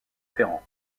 ferrand